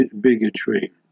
bigotry